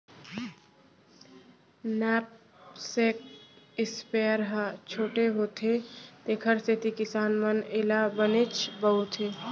knapsack sprayer ह छोटे होथे तेकर सेती किसान मन एला बनेच बउरथे